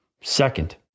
second